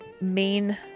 main